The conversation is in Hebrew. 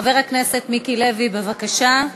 חבר הכנסת מיקי לוי, בבקשה.